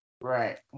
Right